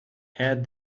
add